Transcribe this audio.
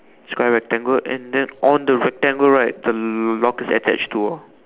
square rectangle and then on the rectangle right the lock is attached to